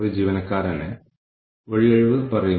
ജീവനക്കാർ എത്ര തവണ പരാതിപ്പെടുന്നു